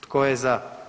Tko je za?